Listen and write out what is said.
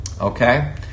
Okay